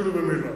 אפילו במלה.